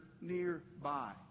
nearby